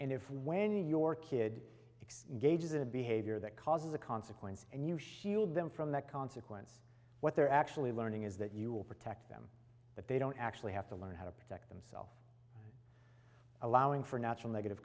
and if when your kid x engages in a behavior that causes a consequence and you shield them from that consequence what they're actually learning is that you will protect them but they don't actually have to learn how to protect them allowing for natural negative